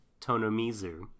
Tonomizu